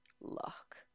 luck